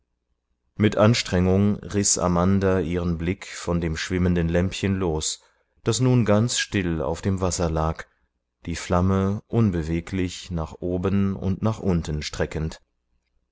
mit anstrengung riß amanda ihren blick von dem schwimmenden lämpchen los das nun ganz still auf dem wasser lag die flamme unbeweglich nach oben und nach unten streckend